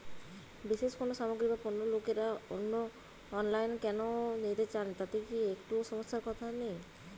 বিশেষ কোনো সামগ্রী বা পণ্য লোকেরা অনলাইনে কেন নিতে চান তাতে কি একটুও সমস্যার কথা নেই?